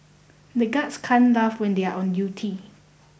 the guards can't laugh when they are on duty